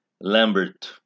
Lambert